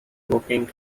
working